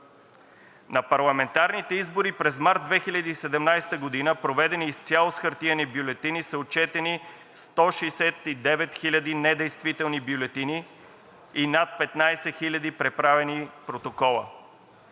На парламентарните избори през март 2017 г., проведени изцяло с хартиени бюлетини, са отчетени 169 000 недействителни бюлетини и над 15 000 преправени протокола.